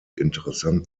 interessant